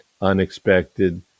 unexpected